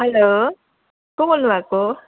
hello को भोल्नुभएको